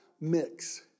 mix